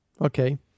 Okay